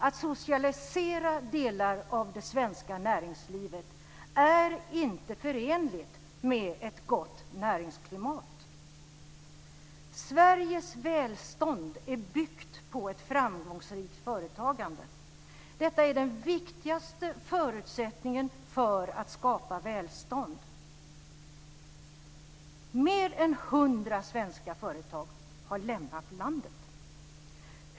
Att socialisera delar av det svenska näringslivet är inte förenligt med ett gott näringsklimat. Sveriges välstånd är byggt på ett framgångsrikt företagande. Detta är den viktigaste förutsättningen för att skapa välstånd. Mer än hundra svenska företag har lämnat landet.